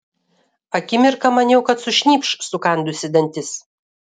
akimirką maniau kad sušnypš sukandusi dantis